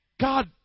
God